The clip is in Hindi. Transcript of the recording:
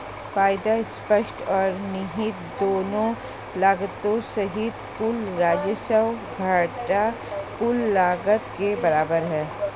फायदा स्पष्ट और निहित दोनों लागतों सहित कुल राजस्व घटा कुल लागत के बराबर है